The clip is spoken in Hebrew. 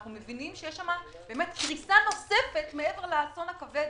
אנחנו מבינים שיש שם קריסה נוספת מעבר לאסון הכבד